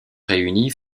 réunis